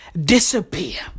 disappear